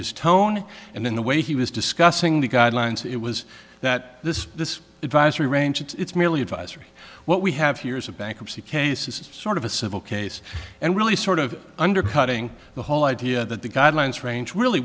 his tone and in the way he was discussing the guidelines it was that this is this advisory range it's merely advisory what we have here is a bankruptcy case it's sort of a civil case and really sort of undercutting the whole idea that the guidelines for range really